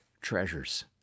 treasures